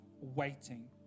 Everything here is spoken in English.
waiting